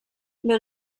les